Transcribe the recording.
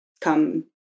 come